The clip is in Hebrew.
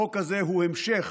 החוק הזה הוא המשך